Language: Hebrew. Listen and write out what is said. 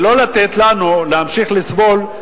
ולא לתת לנו להמשיך לסבול.